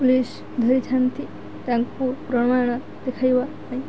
police ଧରିଥାନ୍ତି ତାଙ୍କୁ ପ୍ରମାଣ ଦେଖାଇବା ପାଇଁ